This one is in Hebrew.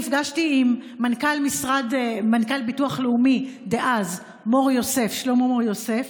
נפגשתי עם מנכ"ל ביטוח לאומי דאז שלמה מור-יוסף